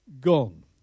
gone